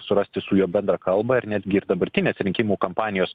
surasti su juo bendrą kalbą ir netgi ir dabartinės rinkimų kampanijos